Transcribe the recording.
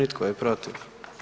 I tko je protiv?